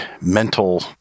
mental